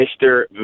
Mr